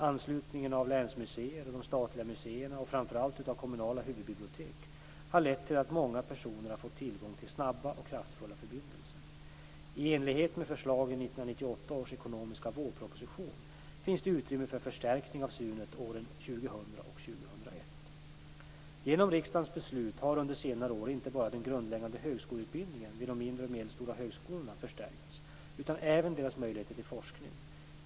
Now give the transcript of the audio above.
Anslutningen av länsmuseer och de statliga museerna och framför allt av kommunala huvudbibliotek har lett till att många personer har fått tillgång till snabba och kraftfulla förbindelser. I enlighet med förslag i 1998 års ekonomiska vårproposition (prop. 1997 98:FiU27, rskr. Genom riksdagens beslut har under senare år inte bara den grundläggande högskoleutbildningen vid de mindre och medelstora högskolorna förstärkts utan även deras möjligheter till forskning.